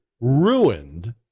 ruined